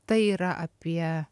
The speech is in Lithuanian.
tai yra apie